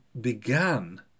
began